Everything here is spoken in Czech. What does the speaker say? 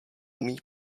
umí